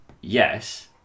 yes